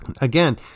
Again